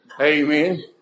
Amen